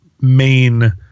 main